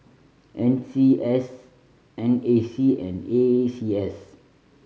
N C S N A C and A C S